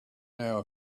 now